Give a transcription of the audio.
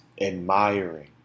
admiring